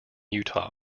utah